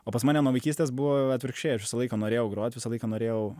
o pas mane nuo vaikystės buvo atvirkščiai aš visą laiką norėjau grot visą laiką norėjau